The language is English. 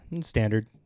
Standard